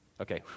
Okay